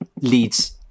leads